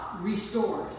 restored